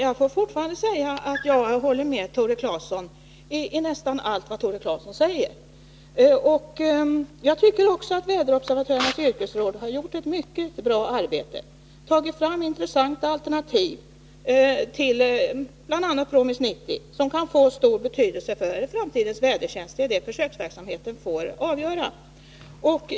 Herr talman! Jag håller fortfarande med Tore Claeson i nästan allt han säger. Jag tycker också att väderobservatörernas yrkesråd gjort ett mycket 67 bra arbete och tagit fram intressanta alternativ till bl.a. PROMIS 90, vilka kan få stor betydelse för framtidens vädertjänst. Det är detta försöksverksamheten får avgöra.